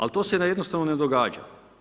Ali to se jednostavno ne događa.